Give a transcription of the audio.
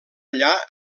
allà